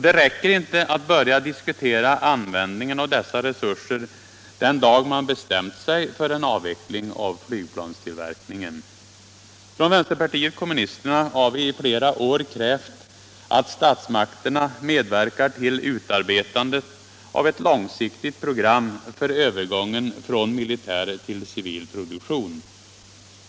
Det räcker inte att börja diskutera användningen av dessa resurser den 89 dag man bestämt sig för en avveckling av flygplanstillverkningen. Från vänsterpartiet kommunisterna har vi i flera år krävt att statsmakterna medverkar till utarbetandet av ett långsiktigt program för övergången från militär till civil produktion.